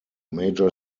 major